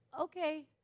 okay